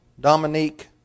dominique